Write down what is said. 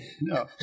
No